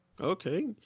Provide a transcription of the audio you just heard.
Okay